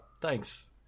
thanks